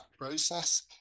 process